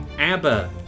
ABBA